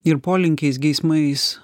ir polinkiais geismais